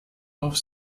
auf